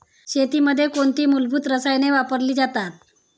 शेतीमध्ये कोणती मूलभूत रसायने वापरली जातात?